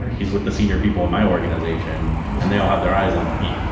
he's with the senior people in my organization and they all had their eyes on me.